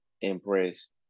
impressed